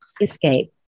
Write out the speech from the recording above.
Escape